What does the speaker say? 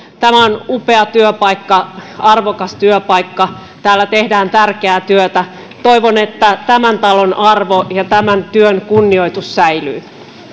tämä on upea työpaikka arvokas työpaikka täällä tehdään tärkeää työtä toivon että tämän talon arvo ja tämän työn kunnioitus säilyy